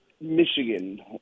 Michigan